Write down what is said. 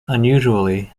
unusually